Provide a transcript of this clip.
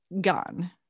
gone